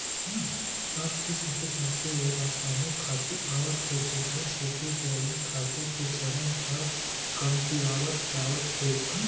आज किसम किसम के रसायनिक खातू आवत हे तेखर सेती जइविक खातू के चलन ह कमतियावत जावत हे